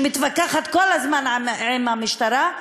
שמתווכחת כל הזמן עם המשטרה,